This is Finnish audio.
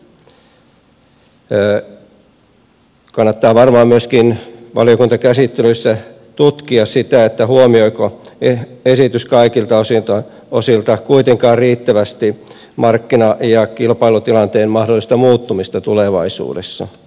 kannattaa varmaan myöskin valiokuntakäsittelyssä tutkia sitä huomioiko esitys kaikilta osilta kuitenkaan riittävästi markkina ja kilpailutilanteen mahdollista muuttumista tulevaisuudessa